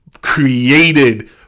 created